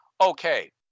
okay